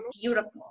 beautiful